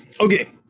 Okay